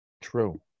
True